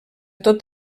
tot